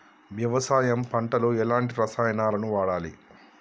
వ్యవసాయం పంట లో ఎలాంటి రసాయనాలను వాడాలి?